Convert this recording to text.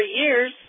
years